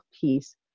piece